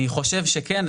אני חושב שכן,